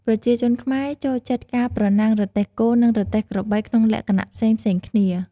ប្រជាជនខ្មែរចូលចិត្តការប្រណាំងរទេះគោ និងរទេះក្របីក្នុងលក្ខណៈផ្សេងៗគ្នា។